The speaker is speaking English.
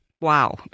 Wow